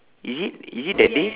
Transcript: is it is it that day